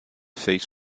fez